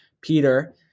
Peter